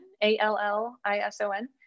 A-L-L-I-S-O-N